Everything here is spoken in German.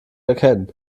erkennen